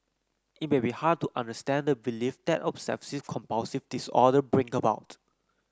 it may be hard to understand the belief that obsessive compulsive disorder bring about